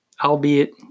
albeit